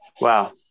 Wow